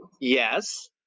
Yes